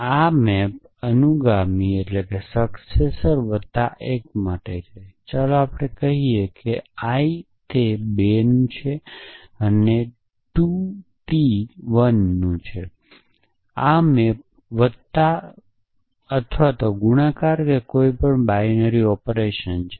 આ મૅપ અનુગામી વત્તા 1 માટે છે ચાલો આપણે કહીએ કે આ I તે 2 નો છે અને આ II ટી 1 નો છે આ મૅપ વત્તા અથવા ગુણાકાર કે કોઈ બાઇનરિ ઓપરેશન છે